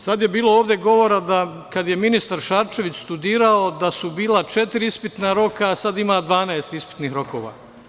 Sada je bilo ovde govora da kada je ministar Šarčević studirao, da su bila četiri ispitna roka, a sada ima 12 ispitnih rokova.